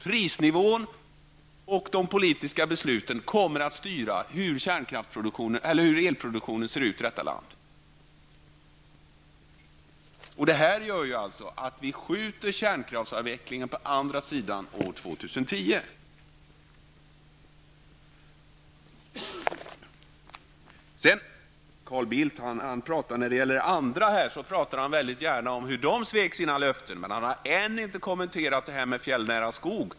Prisnivån och politiska beslut kommer att vara styrande för hur elproduktionen kommer att se ut i vårt land. Detta gör att vi skjuter på kärnkraftsavvecklingen, så att vi hamnar bortom år Carl Bildt talar väldigt gärna om andra som sviker givna löften. Men han har ännu inte kommenterat detta med den fjällnära skogen.